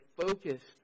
focused